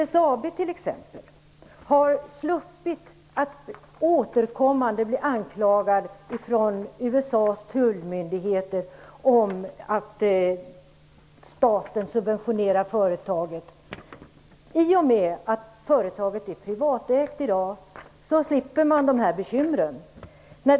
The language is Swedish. SSAB t.ex. har sluppit att återkommande bli anklagat från USA:s tullmyndigheter för att staten skulle subventionera företaget. I och med att företaget är privatägt i dag slipper man dessa bekymmer.